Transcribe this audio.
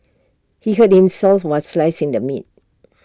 he hurt himself while slicing the meat